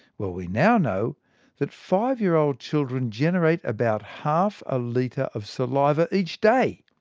well we now know that five year old children generate about half a litre of saliva each day!